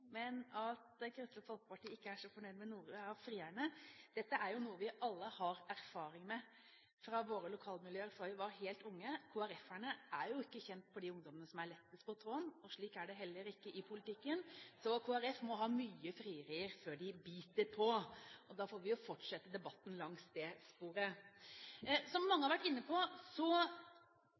men at Kristelig Folkeparti ikke er så fornøyd med noen av frierne. Dette er jo noe vi alle har erfaring med fra våre lokalmiljøer fra vi var helt unge. Kristelig Folkeparti er jo ikke kjent for å ha de ungdommene som er lettest på tråden, og slik er det heller ikke i politikken. Kristelig Folkeparti må ha mye frieri før de biter på. Og da får vi jo fortsette debatten langs det sporet. Som mange har vært inne på,